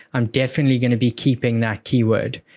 i'm definitely going to be keeping that key word.